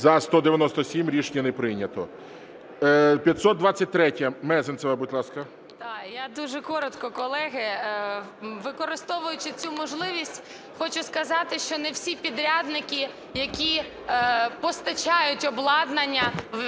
За-197 Рішення не прийнято. 523-я. Мезенцева, будь ласка.